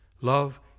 Love